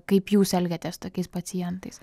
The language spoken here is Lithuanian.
kaip jūs elgiatės su tokiais pacientais